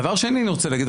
דבר שני שאני רוצה להגיד,